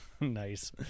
Nice